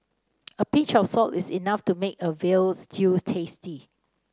a pinch of salt is enough to make a veal stew tasty